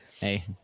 hey